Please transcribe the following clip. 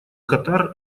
катар